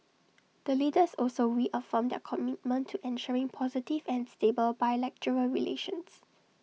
the leaders also reaffirmed their commitment to ensuring positive and stable bilateral relations